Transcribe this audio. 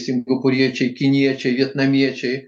singapūriečiai kiniečiai vietnamiečiai